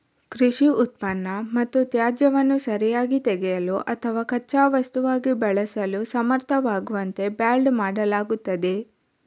ಕೃಷಿ ಉತ್ಪನ್ನ ಮತ್ತು ತ್ಯಾಜ್ಯವನ್ನು ಸರಿಯಾಗಿ ತೆಗೆಯಲು ಅಥವಾ ಕಚ್ಚಾ ವಸ್ತುವಾಗಿ ಬಳಸಲು ಸಮರ್ಥವಾಗುವಂತೆ ಬ್ಯಾಲ್ಡ್ ಮಾಡಲಾಗುತ್ತದೆ